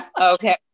okay